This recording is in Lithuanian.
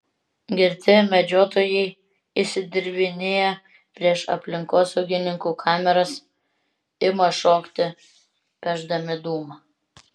girti medžiotojai išsidirbinėja prieš aplinkosaugininkų kameras ima šokti pešdami dūmą